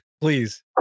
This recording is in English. please